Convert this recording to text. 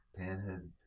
panhead